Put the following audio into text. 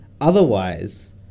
Otherwise